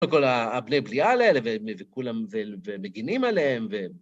כל הבני בליעל האלה, ומגינים עליהם, ו...